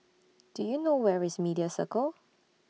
Do YOU know Where IS Media Circle